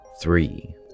three